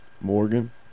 Morgan